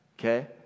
okay